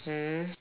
mm